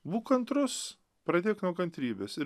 būk kantrus pradėk nuo kantrybės ir